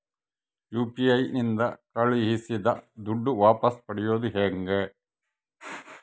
UPI ನಿಂದ ಕಳುಹಿಸಿದ ದುಡ್ಡು ವಾಪಸ್ ಪಡೆಯೋದು ಹೆಂಗ?